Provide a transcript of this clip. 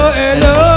hello